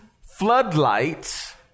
floodlights